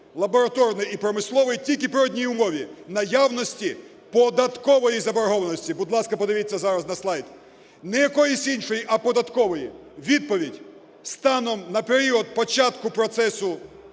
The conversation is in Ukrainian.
лабораторний і промисловий – тільки при одній умові: наявності податкової заборгованості. Будь ласка, подивіться зараз на слайд. Не якоїсь іншої, а податкової. Відповідь. Станом на період початку процесу